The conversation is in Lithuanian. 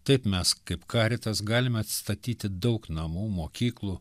taip mes kaip caritas galime atstatyti daug namų mokyklų